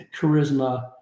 charisma